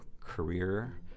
career